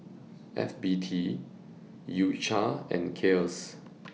F B T U Cha and Kiehl's